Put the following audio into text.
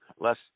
less